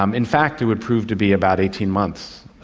um in fact it would prove to be about eighteen months,